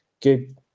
good